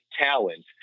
talent